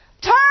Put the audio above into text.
Turn